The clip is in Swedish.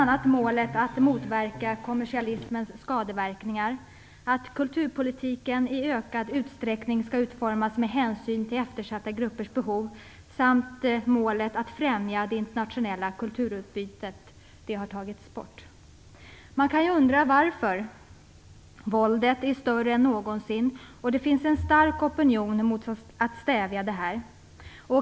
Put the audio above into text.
De är målet att motverka kommersialismens skadeverkningar, målet att kulturpolitiken i ökad utsträckning skall utformas med hänsyn till eftersatta gruppers behov och målet att främja det internationella kulturutbytet. Man kan undra varför. Våldet är större än någonsin, och det finns en stark opinion för att stävja detta.